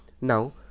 Now